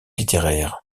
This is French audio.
littéraires